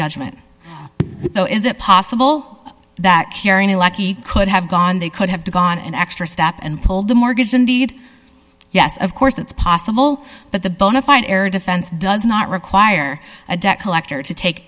judgment so is it possible that carrying a lucky could have gone they could have gone an extra step and pulled the mortgage indeed yes of course it's possible but the bonafide air defense does not require a debt collector to take